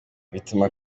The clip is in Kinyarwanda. bituma